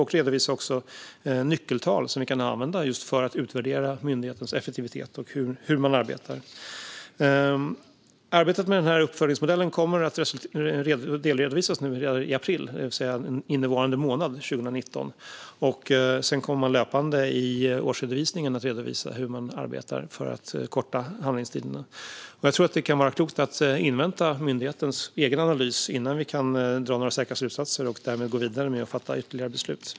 Man ska också redovisa nyckeltal som vi kan använda för att utvärdera myndighetens effektivitet och hur den arbetar. Arbetet med uppföljningsmodellen kommer att delredovisas i april 2019, det vill säga innevarande månad. Sedan kommer man att i årsredovisningen löpande redovisa hur man arbetar för att korta handläggningstiderna. Jag tror att det kan vara klokt att invänta myndighetens egen analys innan vi kan dra några säkra slutsatser och därmed gå vidare med att fatta ytterligare beslut.